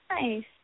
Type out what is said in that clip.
Nice